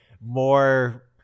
more